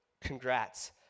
Congrats